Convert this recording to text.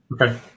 Okay